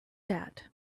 that